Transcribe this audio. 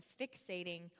fixating